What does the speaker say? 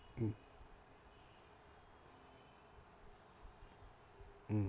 mm mm